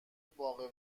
باغ